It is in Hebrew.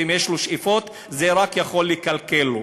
ואם יש לו שאיפות זה רק יכול לקלקל לו.